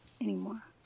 anymore